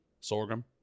sorghum